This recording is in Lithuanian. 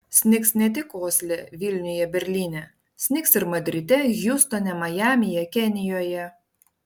snigs ne tik osle vilniuje berlyne snigs ir madride hjustone majamyje kenijoje